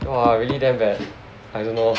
!wah! really damn bad I don't know